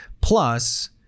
Plus